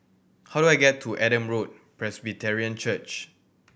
how do I get to Adam Road Presbyterian Church